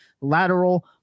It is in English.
Lateral